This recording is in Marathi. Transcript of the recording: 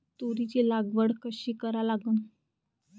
तुरीची लागवड कशी करा लागन?